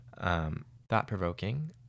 Thought-provoking